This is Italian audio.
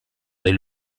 del